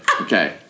Okay